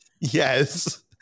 Yes